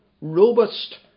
robust